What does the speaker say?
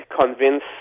convince